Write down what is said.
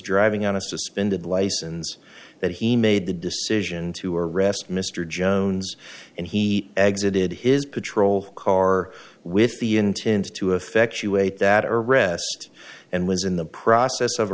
driving on a suspended license that he made the decision to arrest mr jones and he exited his patrol car with the intent to effectuate that arrest and was in the process of